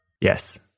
yes